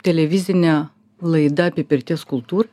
televizinė laida apie pirties kultūrą